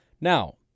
Now